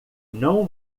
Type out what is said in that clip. não